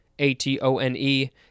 a-t-o-n-e